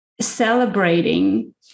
celebrating